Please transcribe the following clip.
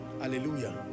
hallelujah